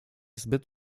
zbyt